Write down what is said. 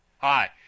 Hi